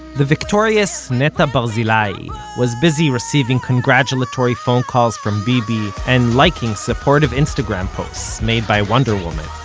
the victorious netta barzilai was busy receiving congratulatory phone calls from bibi and liking supportive instagram posts made by wonder woman.